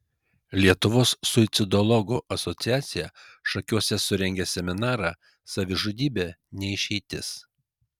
lietuvos suicidologų asociacija šakiuose surengė seminarą savižudybė ne išeitis